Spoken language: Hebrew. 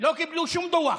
לא קיבלו שום דוח,